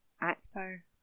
actor